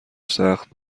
سخت